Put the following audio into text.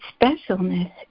specialness